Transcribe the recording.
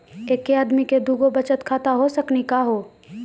एके आदमी के दू गो बचत खाता हो सकनी का हो?